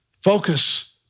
Focus